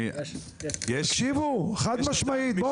תקשיבו, חד משמעית.